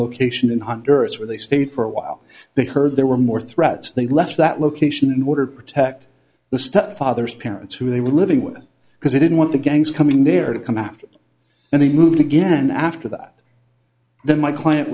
location in honduras where they stayed for a while they heard there were more threats they left that location in order to protect the stepfather's parents who they were living with because they didn't want the gangs coming there to come out and they moved again after that then my client